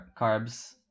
carbs